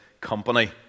Company